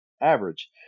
average